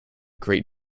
great